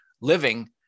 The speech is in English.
living